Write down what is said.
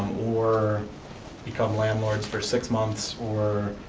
or become landlords for six months, or